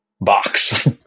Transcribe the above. box